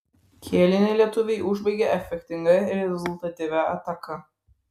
kėlinį lietuviai užbaigė efektinga ir rezultatyvia ataka